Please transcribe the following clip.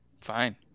Fine